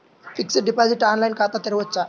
Fixed deposit online ఖాతా తెరువవచ్చా?